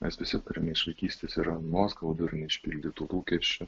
mes visi turime iš vaikystės yra nuoskaudų ir neišpildytų lūkesčių